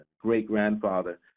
great-grandfather